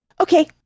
Okay